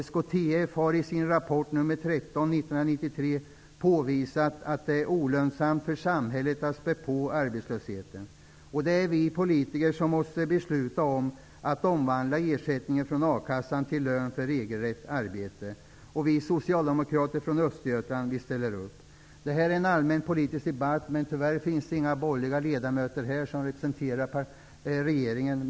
SKTF har i sin rapport nr 13, 1993 påvisat att det är olönsamt för samhället att spä på arbetslösheten. Det är vi politiker som måste besluta om en omvandling av ersättningen från a-kassan till lön för regelrätt arbete. Vi socialdemokrater från Östergötland ställer upp. Detta är en allmänpolitisk debatt. Men tyvärr finns det inga borgerliga ledamöter här som representerar regeringen.